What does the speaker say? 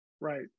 right